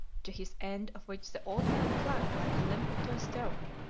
to his end of which the old man clung like a limpet to a stone,